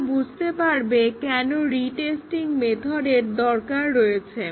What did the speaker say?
তোমরা বুঝতে পারবে কেন রিটেস্টিং মেথডের দরকার রয়েছে